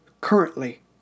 currently